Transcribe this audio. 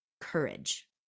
courage